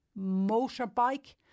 motorbike